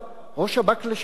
ראש שב"כ לשעבר,